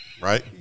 right